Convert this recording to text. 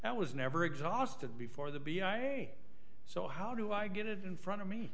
that was never exhausted before the so how do i get it in front of me